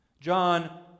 John